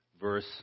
verse